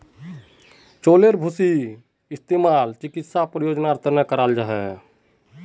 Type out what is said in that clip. चउलेर भूसीर इस्तेमाल चिकित्सा प्रयोजनेर तने भी कराल जा छे